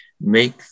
make